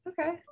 Okay